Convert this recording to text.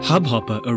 Hubhopper